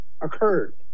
occurred